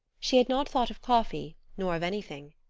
she had not thought of coffee nor of anything.